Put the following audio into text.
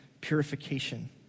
purification